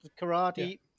Karate